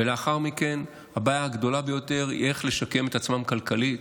ולאחר מכן הבעיה הגדולה ביותר היא איך לשקם את עצמן כלכלית,